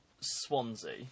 Swansea